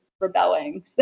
rebelling